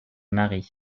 mari